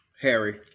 Harry